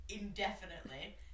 indefinitely